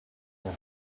are